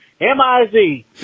M-I-Z